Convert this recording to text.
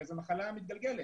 הרי זו מחלה מתגלגלת.